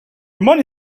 money